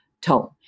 tone